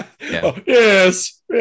yes